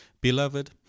Beloved